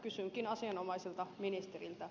kysynkin asianomaiselta ministeriltä